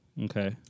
Okay